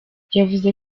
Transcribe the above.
yavuze